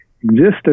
existence